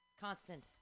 constant